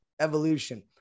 evolution